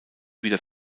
wieder